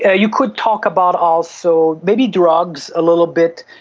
yeah you could talk about also maybe drugs a little bit,